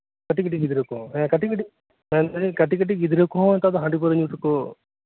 ᱠᱟᱹᱴᱤᱡ ᱠᱟᱹᱴᱤᱡ ᱜᱤᱫᱽᱨᱟᱹ ᱠᱚ ᱦᱮᱸ ᱠᱟᱹᱴᱤᱡ ᱠᱟᱹᱴᱤᱡ ᱢᱮᱱᱫᱟᱞᱤᱧ ᱠᱟᱴᱤᱡ ᱠᱟᱴᱤᱡ ᱜᱤᱫᱽᱨᱟᱹ ᱠᱚᱦᱚᱸ ᱦᱟᱹᱰᱤ ᱯᱟᱹᱣᱨᱟᱹ ᱧᱩ ᱛᱮᱠᱚ